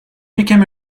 became